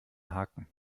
haken